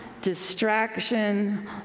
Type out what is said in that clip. distraction